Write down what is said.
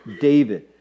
David